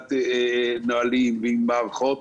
סוללת נהלים ומערכות.